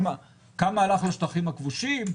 כמה לשטחים הכבושים,